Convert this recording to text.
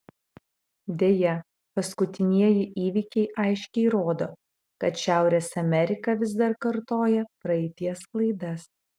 deja paskutinieji įvykiai aiškiai rodo kad šiaurės amerika vis dar kartoja praeities klaidas